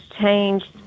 changed